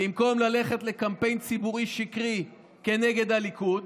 במקום ללכת לקמפיין ציבורי שקרי כנגד הליכוד